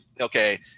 okay